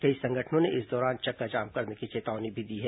कई संगठनों ने इस दौरान चक्काजाम करने की चेतावनी दी है